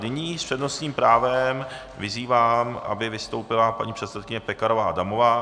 Nyní s přednostním právem vyzývám, aby vystoupila paní předsedkyně Pekarová Adamová.